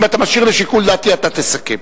אם אתה משאיר לשיקול דעתי, אתה תסכם.